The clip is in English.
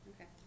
Okay